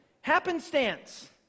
happenstance